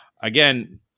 again